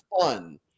fun